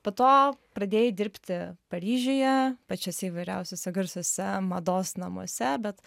po to pradėjai dirbti paryžiuje pačiose įvairiausiose garsiuose mados namuose bet